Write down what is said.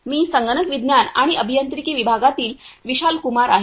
मी संगणक विज्ञान आणि अभियांत्रिकी विभागातील विशाल कुमार आहे